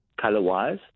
color-wise